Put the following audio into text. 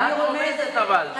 לסיום, גברתי.